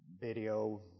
video